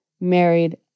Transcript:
married